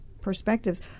perspectives